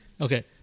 Okay